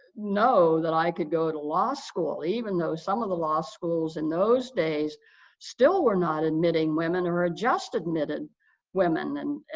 know that i could go to law school even though some of the law schools in those days still were not admitting women or ah just admitted women, and,